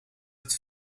het